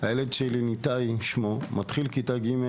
הילד שלי ששמו ניתאי מתחיל כיתה ג'